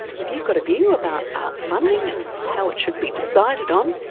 if you've got a view about arts funding and how it should be decided on,